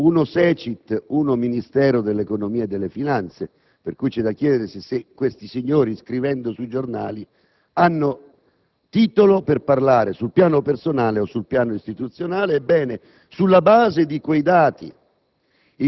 (uno SECIT, un altro Ministero dell'economia e delle finanze, e c'è da chiedersi se questi signori, scrivendo sui giornali, hanno titolo per parlare sul piano personale o sul piano istituzionale) il bilancio dello Stato di quest'anno